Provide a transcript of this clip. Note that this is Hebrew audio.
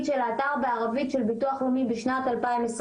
שלאתר בערבית של ביטוח לאומי בשנת 2022